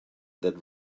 that